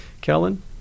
Kellen